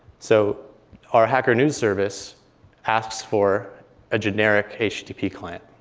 so our hacker news service asks for a generic http client.